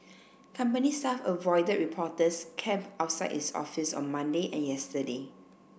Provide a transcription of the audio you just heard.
company staff avoided reporters camped outside its office on Monday and yesterday